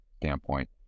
standpoint